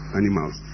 animals